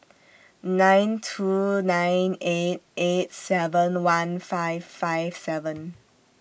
nine two nine eight eight seven one five five seven